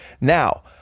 Now